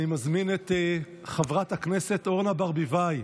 אני מזמין את חברת הכנסת אורנה ברביבאי,